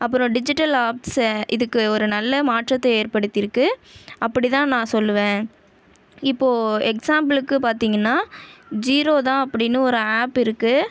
அப்புறோம் digital apps இதுக்கு ஒரு நல்ல மாற்றத்தை ஏற்படுத்தி இருக்குது அப்படிதான் நான் சொல்லுவேன் இப்போது எக்ஸாபிலுக்கு பார்த்திங்ன்னா ஜீரோ தான் அப்படினு ஒரு ஆப் இருக்குது